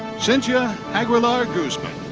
sintya aguilar guzman.